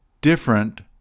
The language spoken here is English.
different